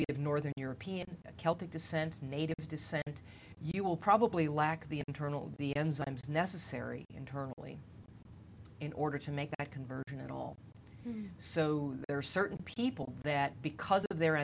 be of northern european celtic descent native descent you will probably lack the internal the enzymes necessary internally in order to make that conversion at all so there are certain people that because